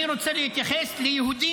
אני לא רוצה להתייחס ליהדות,